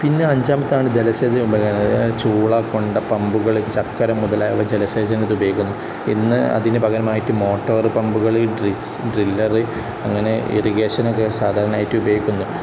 പിന്നെ അഞ്ചാമത്തേതാണ് ജലസേചന അതായത് ചൂള കൊണ്ട പമ്പുകൾ ചക്കരം മുതലായവ ജലസേചനത്തിൽ ഉപയോഗിക്കുന്നു ഇന്ന് അതിന് പകരമായിട്ട് മോട്ടോറ് പമ്പുകൾ ഡ്രില്ലറ് അങ്ങനെ ഇരിഗേഷനൊക്കെ സാധാരണയായിട്ട് ഉപയോഗിക്കുന്നു